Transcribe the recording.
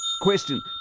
Question